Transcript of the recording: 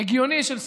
הגיוני של סיכונים.